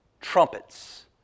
trumpets